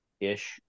ish